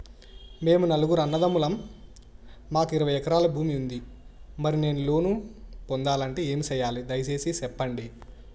మేము నలుగురు అన్నదమ్ములం మాకు ఇరవై ఎకరాల భూమి ఉంది, మరి నేను లోను పొందాలంటే ఏమి సెయ్యాలి? దయసేసి సెప్పండి?